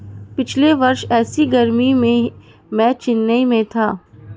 पिछले वर्ष ऐसी गर्मी में मैं चेन्नई में था